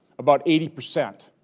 about eighty percent.